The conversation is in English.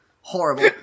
Horrible